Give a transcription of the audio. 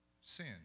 Sin